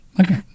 Okay